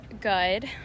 good